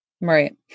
Right